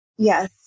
Yes